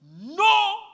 No